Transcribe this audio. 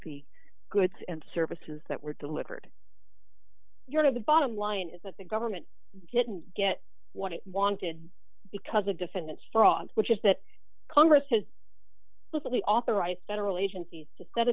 the goods and services that were delivered your to the bottom line is that the government didn't get what it wanted because the defendant fraud which is that congress has well we authorized federal agencies to set